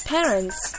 Parents